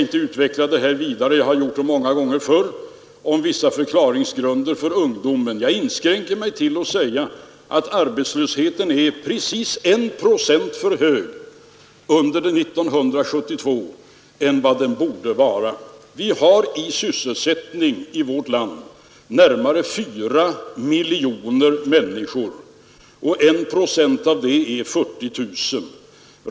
Inte heller skall jag vidare utveckla — jag har gjort det många gånger förr — vissa förklaringsgrunder när det gäller ungdomen. Jag inskränker mig till att säga att arbetslösheten under 1972 varit precis I procent högre än den borde vara. Vi har i sysselsättning i vårt land närmare 4 miljoner människor, och 1 procent av det är 40 000.